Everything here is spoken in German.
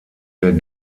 der